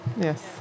Yes